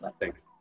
Thanks